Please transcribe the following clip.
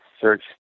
search